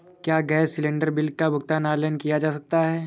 क्या gas cylinder bill का भुगतान ऑनलाइन किया जा सकता है?